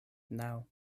naŭ